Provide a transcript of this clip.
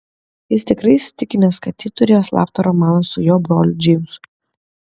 jis tikrai įsitikinęs kad ji turėjo slaptą romaną su jo broliu džeimsu